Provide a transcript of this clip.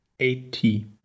Eighty